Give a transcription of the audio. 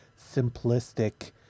simplistic